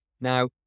Now